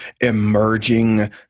emerging